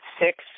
six